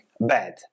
bad